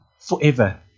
forever